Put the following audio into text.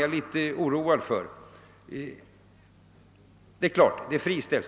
Det är riktigt att bidrag friställs.